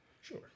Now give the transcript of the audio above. Sure